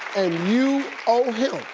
and you owe him